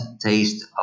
taste